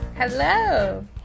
Hello